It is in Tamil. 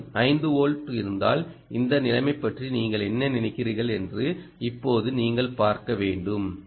உங்களிடம் 5 வோல்ட் இருந்தால் இந்த நிலைமை பற்றி நீங்கள் என்ன நினைக்கிறீர்கள் என்று இப்போது நீங்கள் பார்க்க வேண்டும்